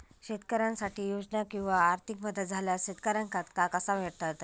शेतकऱ्यांसाठी योजना किंवा आर्थिक मदत इल्यास शेतकऱ्यांका ता कसा कळतला?